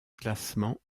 classement